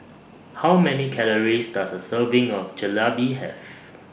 How Many Calories Does A Serving of Jalebi Have